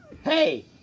hey